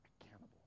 accountable